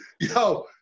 yo